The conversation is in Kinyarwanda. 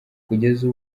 kugeza